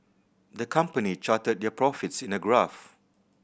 the company charted their profits in a graph